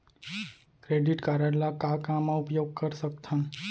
Credit card ला का का मा उपयोग कर सकथन?